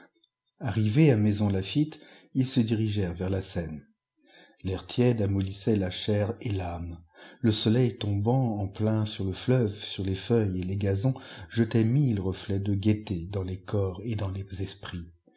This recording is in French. arrivés à maisons laflpitte ils se dirigèrent vers la seine l'air tiède amollissait la chair et l'âme le soleil tombant en plein sur le fleuve sur les feuilles et les gazons jetait mille reflets de gaieté dans les corps et dans les esprits